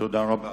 תודה רבה